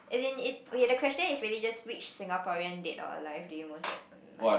as in it okay the question is really just which Singaporean dead or alive do you most admire like